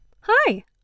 Hi